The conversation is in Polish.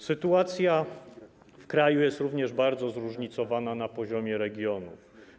Sytuacja w kraju jest również bardzo zróżnicowana na poziomie regionów.